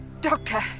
Doctor